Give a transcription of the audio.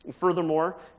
Furthermore